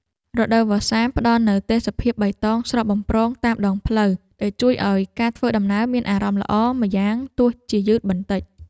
រដូវវស្សាផ្តល់នូវទេសភាពបៃតងស្រស់បំព្រងតាមដងផ្លូវដែលជួយឱ្យការធ្វើដំណើរមានអារម្មណ៍ល្អម្យ៉ាងទោះជាយឺតបន្តិច។